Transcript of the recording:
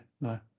No